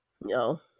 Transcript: no